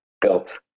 built